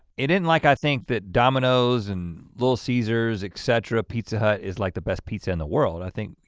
it isn't like i think that domino's and little caesars, et cetera, pizza hut is like the best pizza in the world, i think,